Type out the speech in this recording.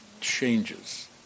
changes